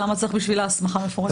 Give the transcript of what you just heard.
למה צריך בשבילה הסמכה מפורשת?